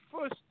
first